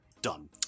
Done